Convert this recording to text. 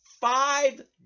five